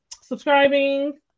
subscribing